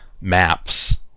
maps